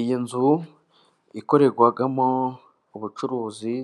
Iyi nzu ikorerwamo ubucuruzi